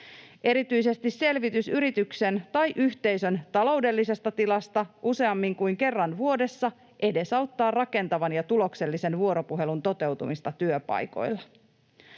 Erityisesti selvitys yrityksen tai yhteisön taloudellisesta tilasta useammin kuin kerran vuodessa edesauttaa rakentavan ja tuloksellisen vuoropuhelun toteutumista työpaikoilla.